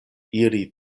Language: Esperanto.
iri